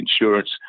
insurance